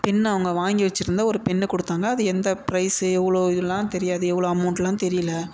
pen அவங்க வாங்கி வெச்சிருந்த ஒரு பென்னை கொடுத்தாங்க அது எந்த ப்ரைஸு எவ்வளோ இதெல்லாம் தெரியாது எவ்வளோ அமௌண்ட்டுலாம் தெரியலை